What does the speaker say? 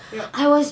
yup